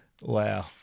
Wow